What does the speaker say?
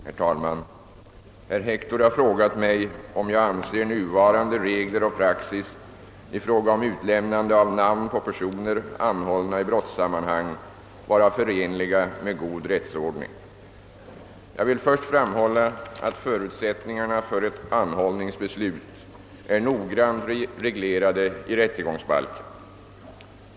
Herr talman! Herr Hector har frågat mig om jag anser nuvarande regler och praxis i fråga om utlämnande av namn på personer anhållna i brottssammanhang vara förenliga med god rättsordning. Jag vill först framhålla, att förutsättningarna för ett anhållningsbeslut är noggrant reglerade i rättegångsbalken.